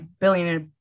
Billionaire